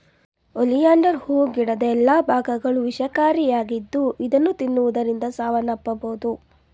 oleander ಹೂ ಗಿಡದ ಎಲ್ಲಾ ಭಾಗಗಳು ವಿಷಕಾರಿಯಾಗಿದ್ದು ಇದನ್ನು ತಿನ್ನುವುದರಿಂದ ಸಾವನ್ನಪ್ಪಬೋದು